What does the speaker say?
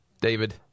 david